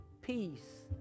peace